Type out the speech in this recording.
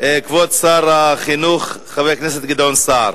כבוד שר החינוך, חבר הכנסת גדעון סער.